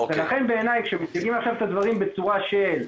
לכן בעיני כשמציגים עכשיו את הדברים בצורה של: